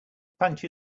punch